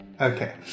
Okay